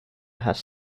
has